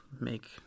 make